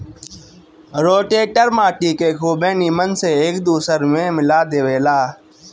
rotator माटी के खुबे नीमन से एक दूसर में मिला देवेला